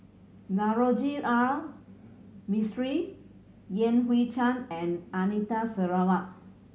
Navroji R Mistri Yan Hui Chang and Anita Sarawak